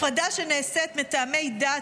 הפרדה שנעשית מטעמי דת,